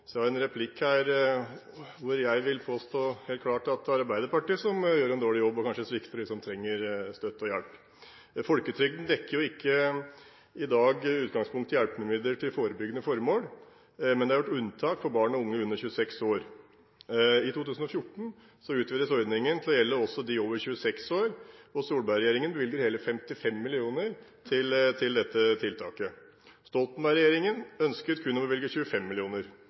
her vil jeg helt klart påstå at det er Arbeiderpartiet som gjør en dårlig jobb og kanskje svikter dem som trenger støtte og hjelp. Folketrygden dekker ikke i dag i utgangspunktet hjelpemidler til forebyggende formål, men det er gjort unntak for barn og unge under 26 år. I 2014 utvides ordningen til også å gjelde dem over 26 år. Solberg-regjeringen bevilger hele 55 mill. kr til dette tiltaket, Stoltenberg-regjeringen ønsket kun å bevilge 25